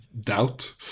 Doubt